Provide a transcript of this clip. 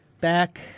Back